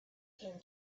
came